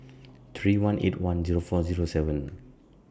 three one eight one Zero four Zero seven